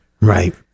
right